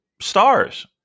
stars